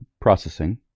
Processing